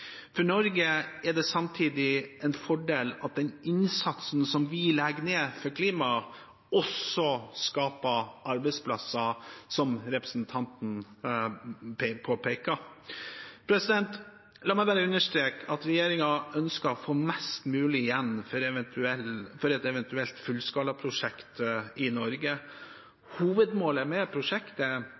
For Norge er det samtidig en fordel at den innsatsen som vi legger ned for klimaet, også skaper arbeidsplasser, som representanten påpeker. La meg bare understreke at regjeringen ønsker å få mest mulig igjen for et eventuelt fullskalaprosjekt i Norge. Hovedmålet med prosjektet er